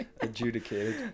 adjudicated